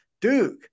Duke